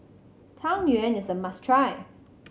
Tang Yuen is a must try